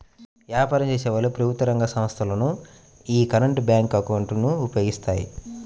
వ్యాపారం చేసేవాళ్ళు, ప్రభుత్వ రంగ సంస్ధలు యీ కరెంట్ బ్యేంకు అకౌంట్ ను ఉపయోగిస్తాయి